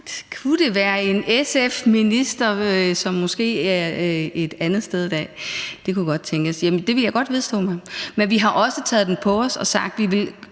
Kunne det være en SF-minister, som måske er et andet sted i dag? Det kunne godt tænkes. Jamen det vil jeg godt vedgå. Men vi har også taget den på os og sagt, at vi